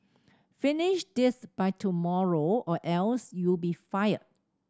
finish this by tomorrow or else you'll be fired